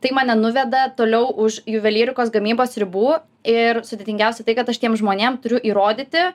tai mane nuveda toliau už juvelyrikos gamybos ribų ir sudėtingiausia tai kad aš tiem žmonėm turiu įrodyti